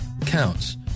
counts